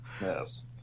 Yes